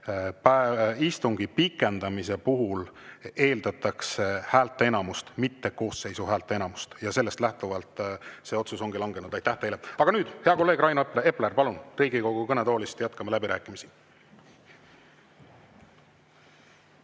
istungi pikendamise puhul eeldatakse häälteenamust, mitte koosseisu häälteenamust, ja sellest lähtuvalt see otsus ongi langenud. Aitäh teile! Aga nüüd, hea kolleeg Rain Epler, palun! Riigikogu kõnetoolist. Jätkame läbirääkimisi.